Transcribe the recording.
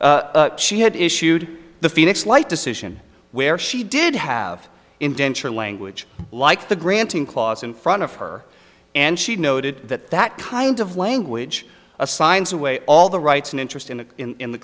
she had issued the phoenix light decision where she did have indenture language like the granting clause in front of her and she noted that that kind of language assigns away all the rights and interest in the in the